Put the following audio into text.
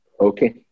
Okay